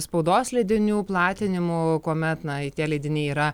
spaudos leidinių platinimu kuomet na tie leidiniai yra